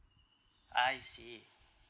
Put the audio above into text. I see